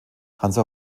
hansa